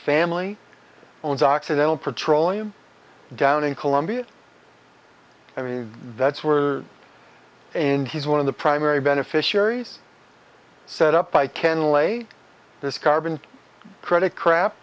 family owns occidental petroleum down in columbia i mean that's where the and he's one of the primary beneficiaries set up by ken lay this carbon credit crap